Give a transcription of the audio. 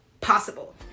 possible